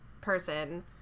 person